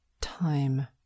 time